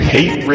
Hate